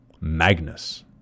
Magnus